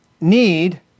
need